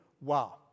Wow